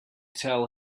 tell